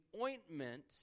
ointment